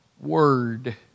word